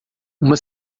uma